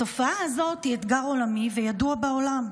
התופעה הזאת היא אתגר עולמי וידוע בעולם.